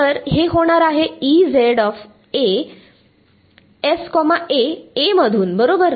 तर हे होणार आहे A मधून बरोबर